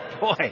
boy